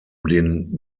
den